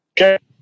Okay